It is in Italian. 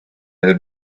nel